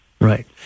Right